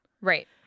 Right